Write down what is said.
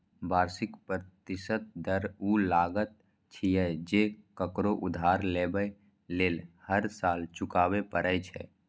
वार्षिक प्रतिशत दर ऊ लागत छियै, जे ककरो उधार लेबय लेल हर साल चुकबै पड़ै छै